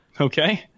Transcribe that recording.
Okay